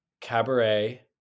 Cabaret